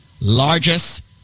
largest